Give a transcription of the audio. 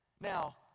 Now